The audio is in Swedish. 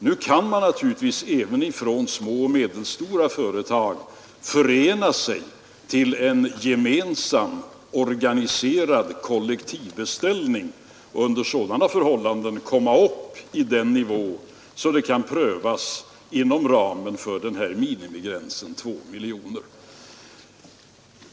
Nu kan naturligtvis även små och medelstora företag förena sig till en organiserad kollektiv beställning och härigenom komma upp på en sådan nivå att projektet kan prövas inom ramen för minimigränsen 2 miljoner kronor.